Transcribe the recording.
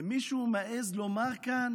ומישהו מעז לומר כאן